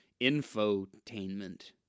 infotainment